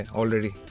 already